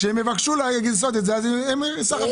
כשהם יבקשו לעשות את זה --- ינון,